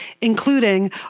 including